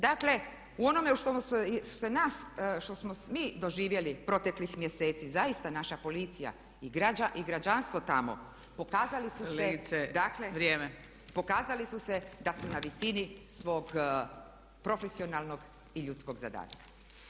Dakle, u onome što se nas, što smo mi doživjeli proteklih mjeseci zaista naša policija i građanstvo tamo pokazali su se da [[Upadica Pusić: Kolegice vrijeme.]] dakle pokazali su se da su na visini svog profesionalnog i ljudskog zadatka.